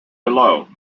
below